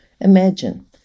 Imagine